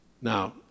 Now